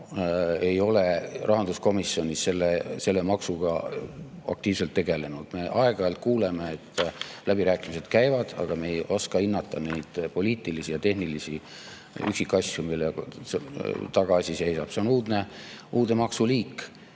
ei ole rahanduskomisjonis selle maksuga aktiivselt tegelenud. Me aeg-ajalt kuuleme, et läbirääkimised käivad, aga me ei oska hinnata neid poliitilisi ja tehnilisi üksikasju, mille taga asi seisab. See on uudne maksuliik